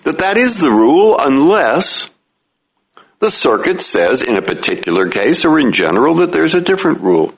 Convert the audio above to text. that that is the rule unless the circuit says in a particular case or in general that there's a different rule